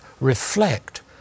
reflect